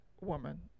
woman